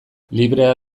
librea